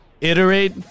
iterate